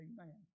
Amen